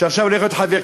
שעכשיו הולך להיות שר.